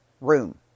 room